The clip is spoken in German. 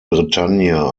bretagne